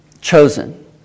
chosen